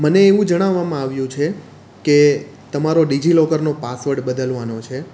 મને એવું જણાવવામાં આવ્યું છે કે તમારો ડીજીલોકરનો પાસવર્ડ બદલવાનો છે